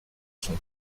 son